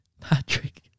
patrick